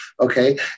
okay